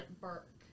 Burke